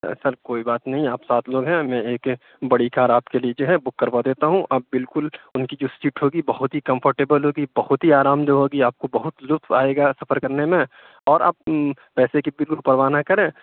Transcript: سر کوئی بات نہیں آپ سات لوگ ہیں میں ایک بڑی کار آپ کے لیے جو ہے بک کروا دیتا ہوں آپ بالکل اُن کی جو سیٹ ہوگی بہت ہی کمفرٹیبل ہوگی بہت ہی آرام دہ ہوگی آپ کو بہت لُطف آئے گا سفر کرنے میں اور آپ پیسے کی بالکل پرواہ نہ کریں